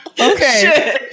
Okay